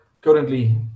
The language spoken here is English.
currently